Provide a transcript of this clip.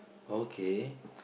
okay